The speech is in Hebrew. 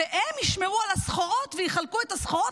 והם ישמרו על הסחורות ויחלקו את הסחורות